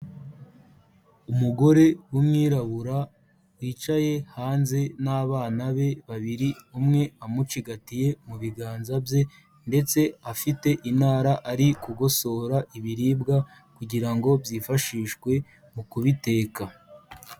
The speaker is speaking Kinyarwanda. Umugore w'umwirabura wicaye hanze n'abana be babiri umwe amucigatiye mu biganza bye ndetse afite intara ari gugosora ibiribwa, kugira ngo byifashishwe mu kubiteka.